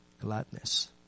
gladness